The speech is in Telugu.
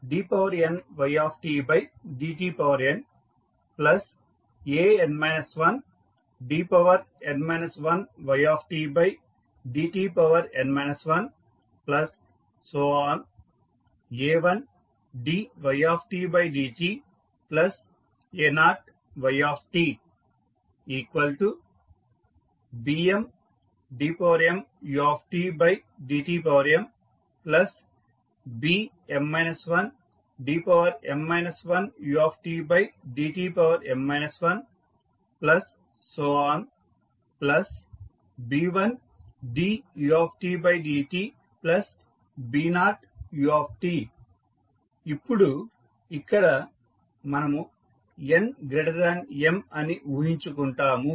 dnydtnan 1dn 1ydtn 1a1dytdta0ytbmdmutdtmbm 1dm 1utdtm 1b1dutdtb0ut ఇప్పుడు ఇక్కడ మనము nm అని ఊహించుకుంటాము